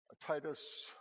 Titus